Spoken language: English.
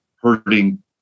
hurting